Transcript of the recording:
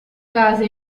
case